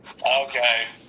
Okay